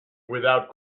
without